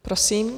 Prosím.